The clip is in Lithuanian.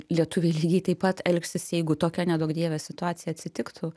lietuviai lygiai taip pat elgsis jeigu tokia neduok dieve situacija atsitiktų